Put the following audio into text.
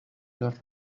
los